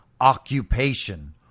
Occupation